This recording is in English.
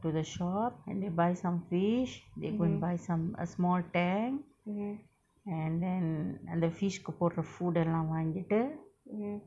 to the shop and they buy some fish they go and buy some a small tank and then அந்த:andtha fish கு போடுர:ku podura food lah வாங்கிட்டு:vangitu